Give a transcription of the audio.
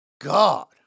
god